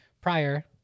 prior –